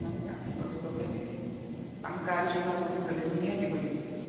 ନାହିଁ ମ ଜାଣିପାରୁଛୁ ତଥାପି ଆମେ କାଲି ସୁଦ୍ଧା ଆପଣଙ୍କୁ ଡେଲିଭରି ନିହାତି କରିବୁ